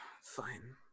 Fine